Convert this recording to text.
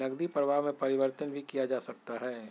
नकदी प्रवाह में परिवर्तन भी किया जा सकता है